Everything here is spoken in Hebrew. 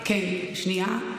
כן, שנייה.